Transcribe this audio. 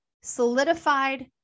solidified